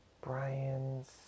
Brian's